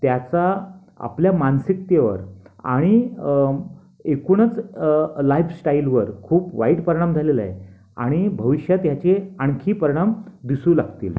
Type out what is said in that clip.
त्याचा आपल्या मानसिकतेवर आणि एकूणच लाइफष्टाइलवर खूप वाईट परिणाम झालेला आहे आणि भविष्यात ह्याचे आणखी परिणाम दिसू लागतील